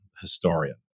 historian